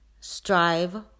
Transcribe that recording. Strive